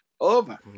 Over